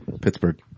Pittsburgh